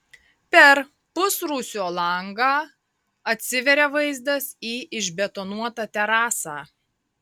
per pusrūsio langą atsiveria vaizdas į išbetonuotą terasą